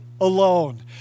alone